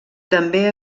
també